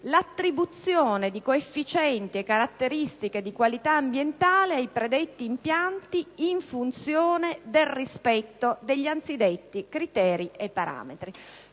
«l'attribuzione di coefficienti e caratteristiche di qualità ambientale ai predetti impianti in funzione del rispetto degli anzidetti criteri e parametri».